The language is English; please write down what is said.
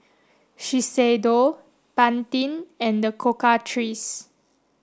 Shiseido Pantene and the Cocoa Trees